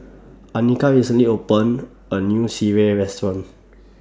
Anika recently opened A New Sireh Restaurant